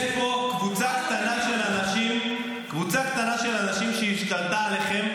יש פה קבוצה קטנה של אנשים שהשתלטה עליכם,